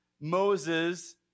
Moses